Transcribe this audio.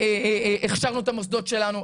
הכשרנו את המוסדות שלנו,